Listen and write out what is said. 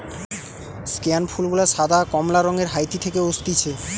স্কেয়ান ফুল গুলা সাদা, কমলা রঙের হাইতি থেকে অসতিছে